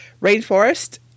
rainforest